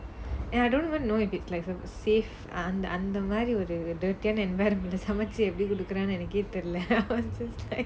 and I don't even know if it's like safe அந்த அந்த மாரி:antha antha maari dirty ஆனா:aanaa environment leh சமைச்சி எப்பிடி குடுக்குறானு என்னகே தெரில:samaichi eppidi kudukuraanu ennakae terila